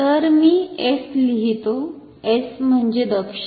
तर मी S लिहितो S म्हणजे दक्षिण